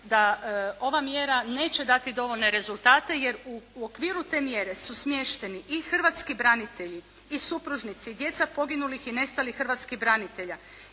da ova mjera neće dati dovoljne rezultate jer u okviru te mjere su smješteni i hrvatski branitelji, i supružnici, i djeca poginulih i nestalih hrvatskih branitelja,